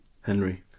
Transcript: Henry